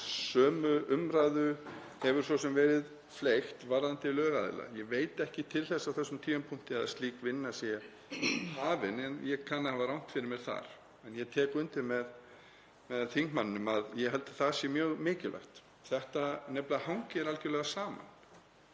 Sömu umræðu hefur svo sem verið fleygt varðandi lögaðila. Ég veit ekki til þess á þessum tímapunkti að slík vinna sé hafin en ég kann að hafa rangt fyrir mér þar. En ég tek undir með þingmanninum að ég held að það sé mjög mikilvægt því að þetta nefnilega hangir algjörlega saman.